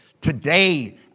today